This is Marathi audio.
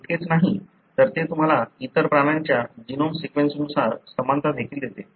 इतकेच नाही तर ते तुम्हाला इतर प्राण्यांच्या जीनोम सीक्वेन्सनुसार समानता देखील देते